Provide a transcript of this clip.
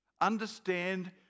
Understand